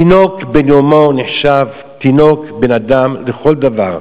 תינוק בן יומו נחשב תינוק, בן-אדם לכל דבר,